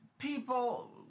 People